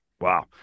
Wow